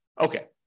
okay